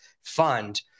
fund